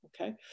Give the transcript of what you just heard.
okay